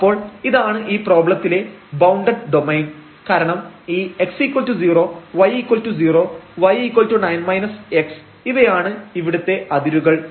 അപ്പോൾ ഇതാണ് ഈ പ്രോബ്ലത്തിലെ ബൌണ്ടഡ് ഡൊമൈൻ കാരണം ഈ x0 y0 y9 x ഇവയാണ് ഇവിടുത്തെ അതിരുകൾ